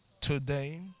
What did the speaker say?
Today